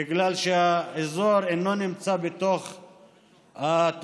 בגלל שהאזור אינו נמצא בתוך התוכנית.